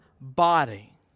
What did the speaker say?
body